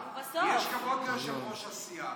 יש כבוד ליושב-ראש הסיעה.